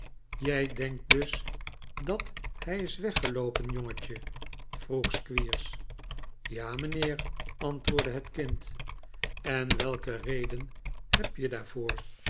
jij denkt dus dat hij is weggeloopen jongetje vroeg squeers ja mijnheer antwoordde het kind en welke reden heb je daarvoor